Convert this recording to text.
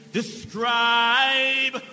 Describe